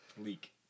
leak